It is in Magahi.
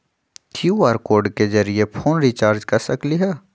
कियु.आर कोड के जरिय फोन रिचार्ज कर सकली ह?